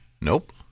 Nope